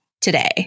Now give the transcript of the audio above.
today